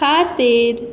खातीर